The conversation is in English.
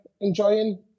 enjoying